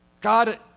God